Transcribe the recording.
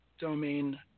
domain